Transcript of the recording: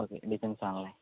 okay defence ആണല്ലേ